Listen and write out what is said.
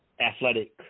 athletic